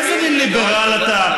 איזה מן ליברל אתה?